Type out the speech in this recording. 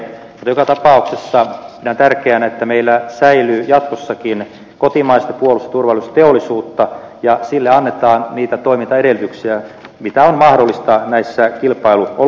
mutta joka tapauksessa pidän tärkeänä että meillä säilyy jatkossakin kotimaista puolustus ja turvallisuusteollisuutta ja sille annetaan niitä toimintaedellytyksiä mitä on mahdollista näissä kilpailuolosuhteissa